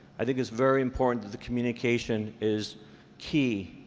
i think it's very important that the communication is key,